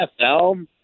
nfl